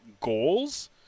goals